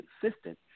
consistent